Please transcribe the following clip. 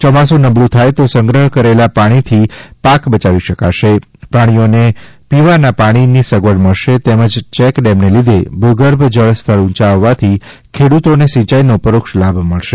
ચોમાસુ નબળું થાય તો સંગ્રહ કરેલા પાણીથી પાક બચાવી શકાશે પશુ પ્રાણીઓને પીવાના પાણીની સગવડ મળશે તેમજ ચેકડેમને લીધે ભૂગર્ભજળ સ્તર ઊંચા આવવાથી ખેડૂતોને સિંયાઇનો પરોક્ષ લાભ મળવાની છે